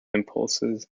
impulses